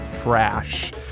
trash